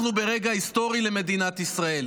אנחנו ברגע היסטורי למדינת ישראל.